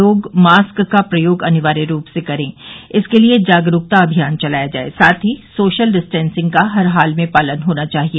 लोग मास्क का प्रयोग अनिवार्य रूप से करें इसके लिये जागरूकता अभियान चलाया जाये साथ ही सोशल डिस्टेंसिंग का हर हाल में पालन होना चाहिए